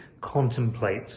contemplate